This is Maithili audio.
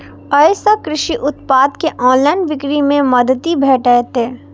अय सं कृषि उत्पाद के ऑनलाइन बिक्री मे मदति भेटतै